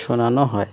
শোনানো হয়